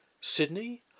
Sydney